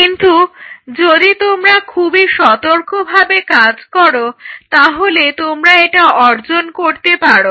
কিন্তু যদি তোমরা খুবই সতর্কভাবে কাজ করো তাহলে তোমরা এটা অর্জন করতে পারো